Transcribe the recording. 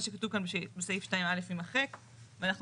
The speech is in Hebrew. מה שכתוב כאן שהוא סעיף 2(א) ימחק ואנחנו